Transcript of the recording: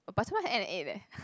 but supposed to end at eight leh